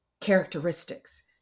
characteristics